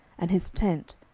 and his tent,